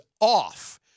off